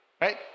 Right